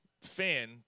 fan